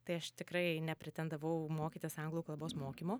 tai aš tikrai nepretendavau mokytis anglų kalbos mokymo